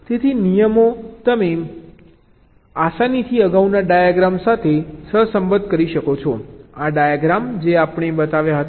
તેથી નિયમો તમે આસાનીથી અગાઉના ડાયાગ્રામ સાથે સહસંબંધ કરી શકો છો આ ડાયાગ્રામ જે આપણે બતાવ્યા હતા